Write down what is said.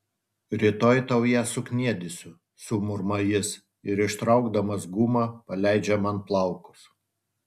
rytoj tau ją sukniedysiu sumurma jis ir ištraukdamas gumą paleidžia man plaukus